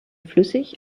flüssig